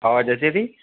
आवाज़ु अचे थी